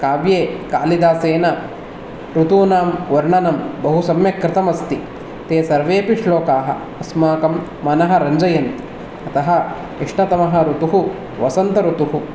काव्ये कालिदासेन ऋतूनां वर्णनं बहुसम्यक् कृतमस्ति ते सर्वेऽपि श्लोकाः अस्माकं मनः रञ्जयन्ति अतः इष्टतमः ऋतुः वसन्तऋतुः